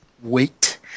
Wait